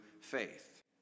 faith